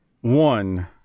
one